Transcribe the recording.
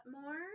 more